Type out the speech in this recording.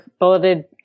bulleted